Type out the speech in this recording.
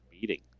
meeting